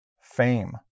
Fame